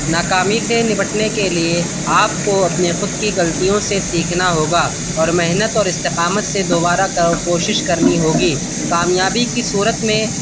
ناکامی سے نپٹنے کے لیے آپ کو اپنی خود کی غلطیوں سے سیکھنا ہوگا اور محنت اور استقامت سے دوبارہ کوشش کرنی ہوگی کامیابی کی صورت میں